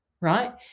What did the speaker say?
Right